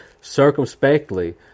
circumspectly